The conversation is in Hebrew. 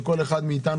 של כל אחד מאיתנו,